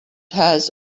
has